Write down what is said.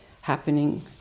happening